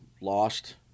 lost